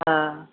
हा